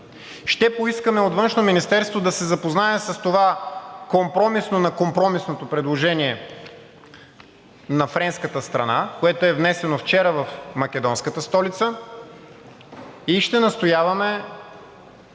Ще поискаме от Външно министерство да се запознае с това компромисно на компромисното предложение на френската страна, което е внесено вчера в македонската столица, и ще настояваме